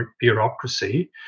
bureaucracy